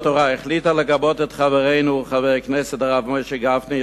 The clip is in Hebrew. לגבות את חברנו חבר הכנסת הרב משה גפני,